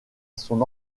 son